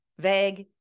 vague